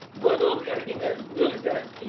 but everything that milly says,